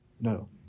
No